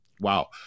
wow